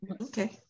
Okay